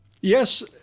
Yes